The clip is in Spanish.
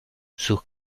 sus